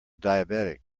diabetic